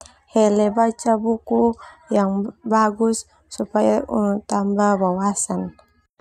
Hele baca buku yang bagus supaya tambah wawasan.